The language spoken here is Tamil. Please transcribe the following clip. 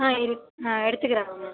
ஆன் இருக்கு ஆன் எடுத்துக்கறேன் மேம்